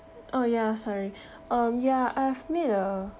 oh ya sorry um ya I've made a